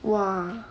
!wah!